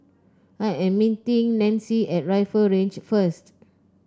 I am meeting Nanci at Rifle Range first